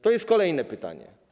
To jest kolejne pytanie.